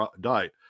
die